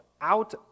out